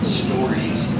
stories